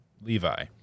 Levi